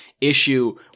issue